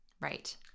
Right